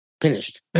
Finished